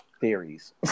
theories